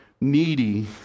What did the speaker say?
needy